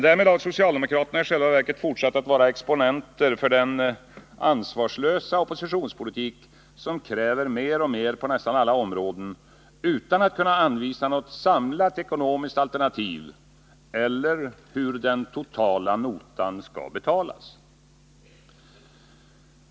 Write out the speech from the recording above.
Därmed har socialdemokraterna i själva verket fortsatt att vara exponenter för den ansvarslösa oppositionspolitik som kräver mer och mer på nästan alla områden utan att kunna anvisa något samlat ekonomiskt alternativ eller hur den totala notan skall betalas.